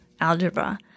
algebra